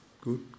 good